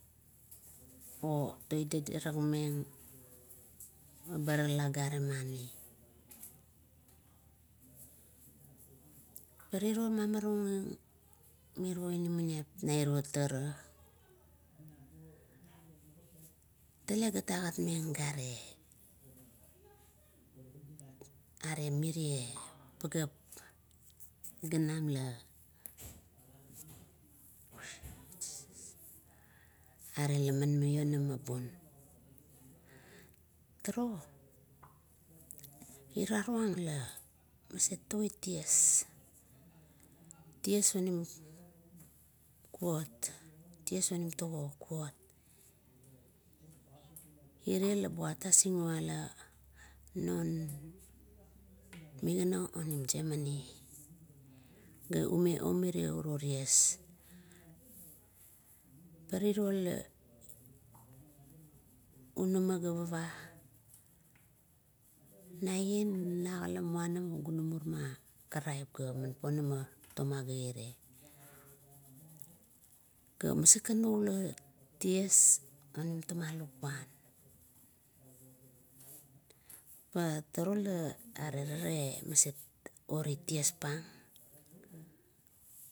Obadadameng barala gare mani. Pariro magimarung inamaniap mairo tara, tale gat agatmeng gare, are mire pageap ginam, laman maionamabim. Tuo irarung la maset oit ties, ties onim kuot, ties onim tago kuot ire labat asingnala non migana onim gemani, la ume omiri uro ties. Pa rirola unamagapara, naian nagala muanam gunamur ma karap gaman ponama toma gaire, gamaset kan oula tie onim toma lukuan, pa turuo are tale maset orit ties pang.